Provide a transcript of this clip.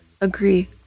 agree